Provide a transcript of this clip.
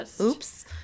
Oops